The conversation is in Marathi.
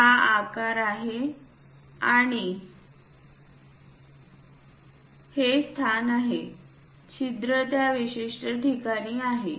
हा आकार आहे आणि हे स्थान आहे छिद्र त्या विशिष्ट ठिकाणी आहे